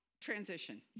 transition